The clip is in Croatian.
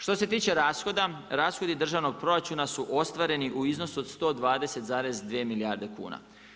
Što se tiče rashoda, rashodi državnog proračuna su ostvareni u iznosu od 120,2 milijarde kuna.